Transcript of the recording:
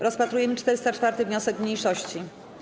Rozpatrujemy 404. wniosek mniejszości.